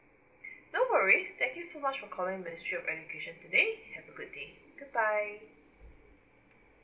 no worries thank you so much for calling ministry of education today have a good day goodbye